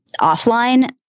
offline